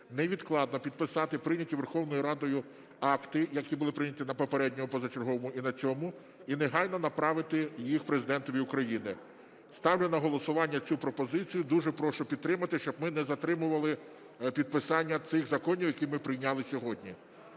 невідкладно підписати прийняті Верховною Радою акти, які були прийняті на попередньому позачерговому і на цьому, і негайно направити їх Президентові України. Ставлю на голосування цю пропозицію. Дуже прошу підтримати, щоб ми не затримували підписання цих законів, які ми прийняли сьогодні.